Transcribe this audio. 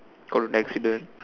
got in accident